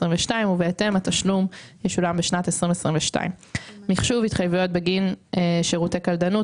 ובהתאם התשלום ישולם בשנת 2022. מחשוב התחייבויות בגין שירותי קלדנות,